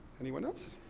anyone else?